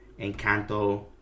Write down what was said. Encanto